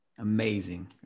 Amazing